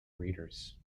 readers